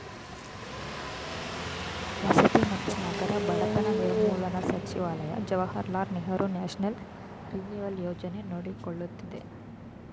ವಸತಿ ಮತ್ತು ನಗರ ಬಡತನ ನಿರ್ಮೂಲನಾ ಸಚಿವಾಲಯ ಜವಾಹರ್ಲಾಲ್ ನೆಹರು ನ್ಯಾಷನಲ್ ರಿನಿವಲ್ ಯೋಜನೆ ನೋಡಕೊಳ್ಳುತ್ತಿದೆ